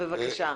בבקשה.